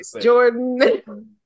Jordan